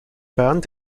bernd